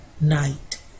night